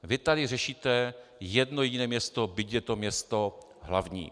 Vy tady řešíte jedno jediné město, byť je to město hlavní.